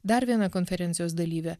dar viena konferencijos dalyvė